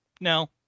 no